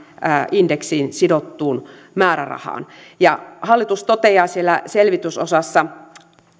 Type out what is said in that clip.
indeksiin sidottuun määrärahaan hallitus toteaa siellä selvitysosassa